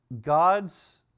God's